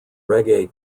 reggae